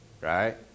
right